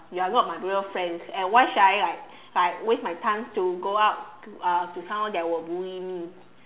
you're not my real friends and why should I like like waste time to go out uh to someone that will bully me